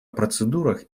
процедурах